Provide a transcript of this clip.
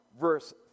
verse